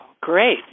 Great